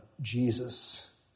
Jesus